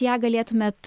ją galėtumėt